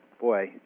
boy